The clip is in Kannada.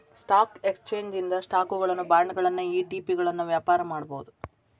ಸ್ಟಾಕ್ ಎಕ್ಸ್ಚೇಂಜ್ ಇಂದ ಸ್ಟಾಕುಗಳನ್ನ ಬಾಂಡ್ಗಳನ್ನ ಇ.ಟಿ.ಪಿಗಳನ್ನ ವ್ಯಾಪಾರ ಮಾಡಬೋದು